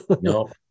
No